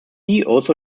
also